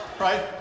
right